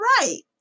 Right